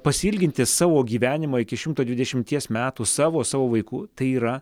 pasiilginti savo gyvenimą iki šimto dvidešimties metų savo savo vaikų tai yra